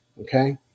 Okay